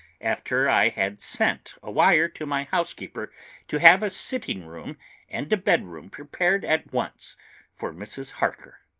after i had sent a wire to my housekeeper to have a sitting-room and bedroom prepared at once for mrs. harker.